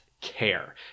care